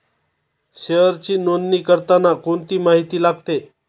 शेअरची नोंदणी करताना कोणती माहिती लागते?